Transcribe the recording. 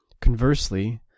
conversely